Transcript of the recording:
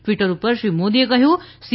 Twitter પર શ્રી મોદીએ કહ્યું કે સી